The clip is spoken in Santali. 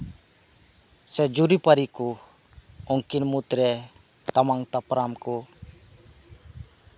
ᱥᱮ ᱡᱩᱨᱤᱼᱯᱟᱨᱤ ᱠᱚ ᱩᱱᱠᱤᱱ ᱢᱩᱫ ᱨᱮ ᱥᱟᱢᱟᱝ ᱫᱟᱯᱨᱟᱢ ᱠᱚ